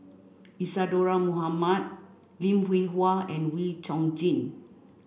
Isadhora Mohamed Lim Hwee Hua and Wee Chong Jin